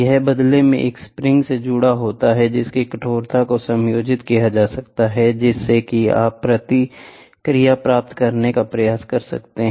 यह बदले में एक स्प्रिंग से जुड़ा होता है जिसकी कठोरता को समायोजित किया जा सकता है जिससे कि आप प्रतिक्रिया प्राप्त करने का प्रयास कर सकते हैं